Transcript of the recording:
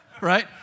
right